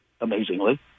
amazingly